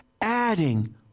adding